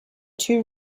two